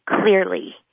clearly